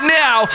now